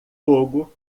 fogo